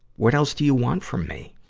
what else do you want from me?